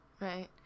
right